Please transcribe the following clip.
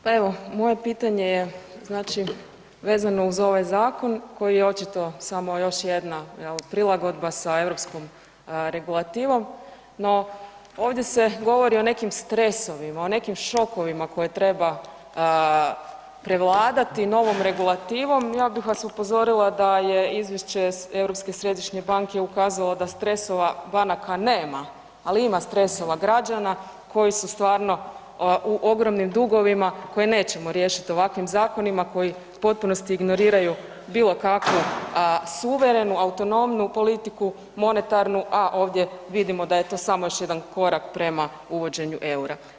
Pa evo, moje pitanje je znači vezano uz ovaj zakon koji je očito samo još jedna jel prilagodba sa europskom regulativom, no ovdje se govori o nekim stresovima, o nekim šokovima koje treba prevladati novom regulativom, ja bih vas upozorila da je izvješće Europske središnje banke ukazalo da stresova banaka nema, ali ima stresova građana koji su stvarno u ogromnim dugovima koje nećemo riješiti ovakvim zakonima koji u potpunosti ignoriraju bilo kakvu suverenu, autonomnu politiku, monetarnu a ovdje vidimo da je to samo još jedan korak prema uvođenju EUR-a.